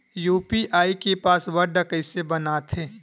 UPI के password कइसे बनाथे?